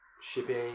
shipping